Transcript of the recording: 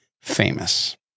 famous